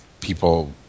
people